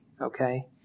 Okay